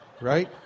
Right